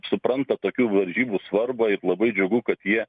supranta tokių varžybų svarbą ir labai džiugu kad jie